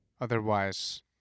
Otherwise